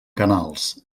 canals